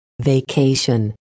Vacation